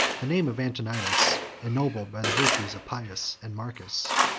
the name of antoninus, ennobled by the virtues of pius and marcus,